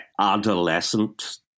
adolescent